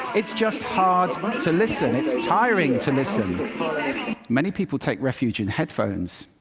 it's just hard to listen it's tiring to listen. many people take refuge in headphones,